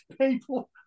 people